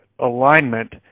alignment